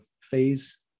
phase